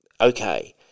okay